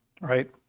right